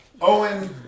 Owen